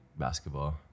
basketball